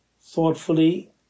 thoughtfully